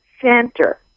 Center